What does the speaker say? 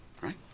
right